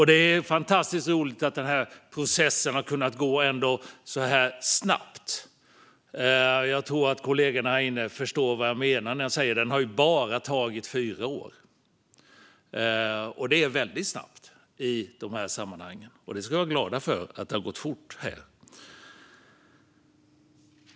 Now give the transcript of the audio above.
Det är fantastiskt roligt att processen ändå har kunnat gå så här snabbt; jag tror att kollegorna här inne förstår vad jag menar när jag säger att den bara har tagit fyra år. Det är väldigt snabbt i de här sammanhangen, och vi ska vara glada för att det har gått fort.